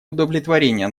удовлетворения